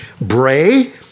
bray